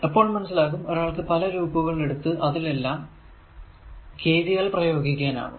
അപ്പോൾ മനസ്സിലാകും ഒരാൾക്ക് പല ലൂപ്പുകൾ എടുത്തു അതിലെല്ലാം KVL പ്രയോഗിക്കാനാകും